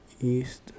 East